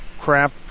crap